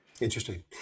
Interesting